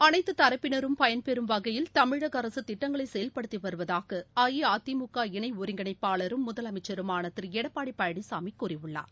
அனைத்துத் தரப்பினரும் பயன்பெறம் வகையில் தமிழக அரசுதிட்டங்களைசெயல்படுத்திவருவதாக அஇஅதிமுக இணைஒருங்கிணைப்பாளரும் முதலமைச்சருமானதிருளடப்பாடிபழனிசாமிகூறியுள்ளார்